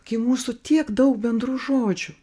gi mūsų tiek daug bendrų žodžių